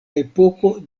epoko